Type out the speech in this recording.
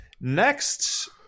next